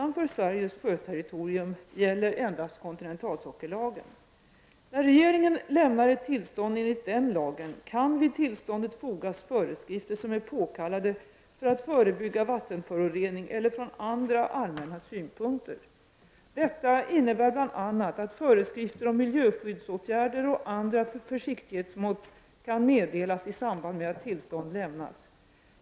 När regeringen lämnar ett tillstånd enligt den lagen kan vid tillståndet fogas föreskrifter som är påkallade för att förebygga vattenförorening eller från andra allmänna synpunkter. Detta innebär bl.a. att föreskrifter om miljöskyddsåtgärder och andra försiktighetsmått kan meddelas i samband med att tillstånd lämnas.